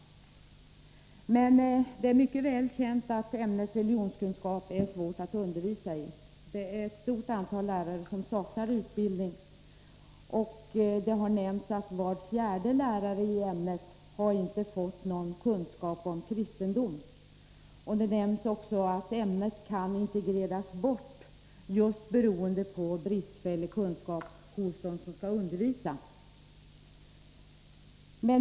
Men det är mycket väl känt att ämnet Fredagen den religionskunskap är svårt att undervisa i. Det är ett stort antal lärare som 18 november 1983 saknar utbildning. Det har nämnts att var fjärde lärare i ämnet inte fått någon kunskap om kristendom. Det nämns också att ämnet kan integreras bort just beroende på bristfällig kunskap hos dem som skall undervisa.